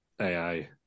AI